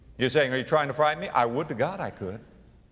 you're saying, are you trying to frighten me? i would to god i could.